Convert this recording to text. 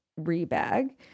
Rebag